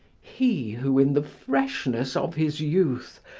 he who, in the freshness of his youth,